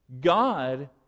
God